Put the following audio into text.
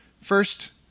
first